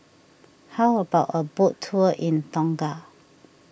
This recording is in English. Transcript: how about a boat tour in Tonga